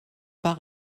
par